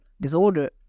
disorder